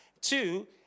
Two